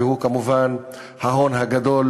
והוא כמובן ההון הגדול